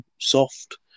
soft